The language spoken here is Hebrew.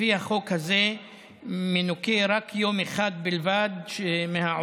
לפי החוק הזה מנוכה רק יום אחד בלבד מהעובד,